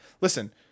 listen